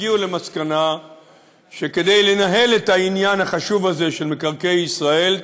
הגיעו למסקנה שכדי לנהל את העניין החשוב הזה של מקרקעי ישראל,